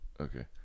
Okay